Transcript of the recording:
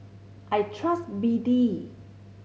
I trust B D